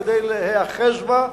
כדי להיאחז בה,